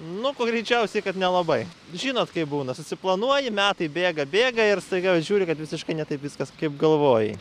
nu kuo greičiausiai kad nelabai žinot kai būna susiplanuoji metai bėga bėga ir staiga žiūri kad visiškai ne taip viskas kaip galvojai